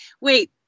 wait